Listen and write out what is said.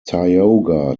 tioga